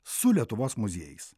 su lietuvos muziejais